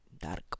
Dark